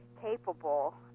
capable